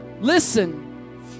listen